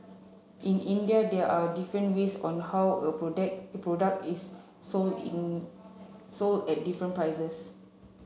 in India there are different ways on how a product product is sold in sold at different prices